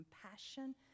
compassion